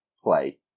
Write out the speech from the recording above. play